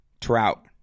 Trout